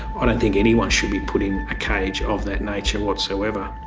i don't think anyone should be put in a cage of that nature whatsoever.